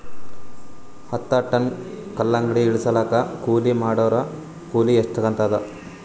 ಹತ್ತ ಟನ್ ಕಲ್ಲಂಗಡಿ ಇಳಿಸಲಾಕ ಕೂಲಿ ಮಾಡೊರ ಕೂಲಿ ಎಷ್ಟಾತಾದ?